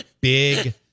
big